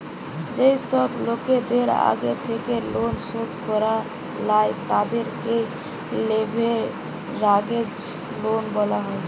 যেই সব লোকদের আগের থেকেই লোন শোধ করা লাই, তাদেরকে লেভেরাগেজ লোন বলা হয়